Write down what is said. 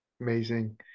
Amazing